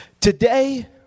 Today